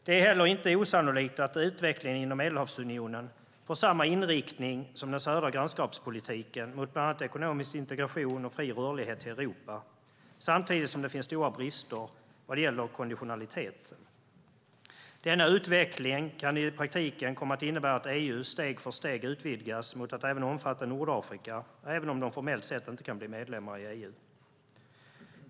Det är heller inte osannolikt att utvecklingen inom Medelhavsunionen får samma inriktning som den södra grannskapspolitiken mot bland annat ekonomisk integration och fri rörlighet till Europa, samtidigt som det finns stora brister vad gäller konditionaliteten. Denna utveckling kan i praktiken komma att innebära att EU steg för steg utvidgas mot att omfatta också Nordafrika, även om de länderna formellt sett inte kan bli medlemmar i EU.